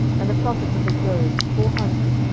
and the prophets of the groves four hundred,